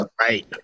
right